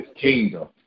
kingdom